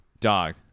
Dog